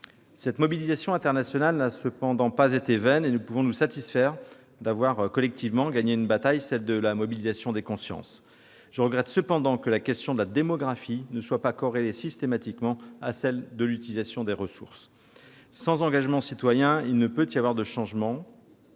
Cette mobilisation internationale n'a cependant pas été vaine, et nous pouvons nous satisfaire d'avoir collectivement gagné une bataille, celle de la mobilisation des consciences. Je regrette cependant que la question de la démographie ne soit pas corrélée systématiquement à celle de l'utilisation des ressources. Sans engagement citoyen, il ne peut y avoir de changement